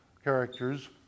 characters